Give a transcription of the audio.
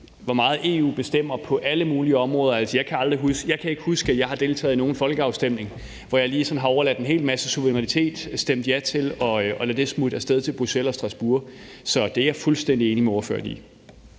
hvor meget EU bestemmer på alle mulige områder. Jeg kan ikke huske, at jeg har deltaget i nogen folkeafstemning, hvor jeg lige sådan har overladt en hel masse suverænitet og stemt ja til at lade det smutte af sted til Bruxelles og Strasbourg. Så det er jeg fuldstændig enig med ordføreren